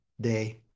day